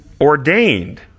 ordained